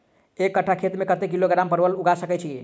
एक कट्ठा खेत मे कत्ते किलोग्राम परवल उगा सकय की??